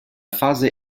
fase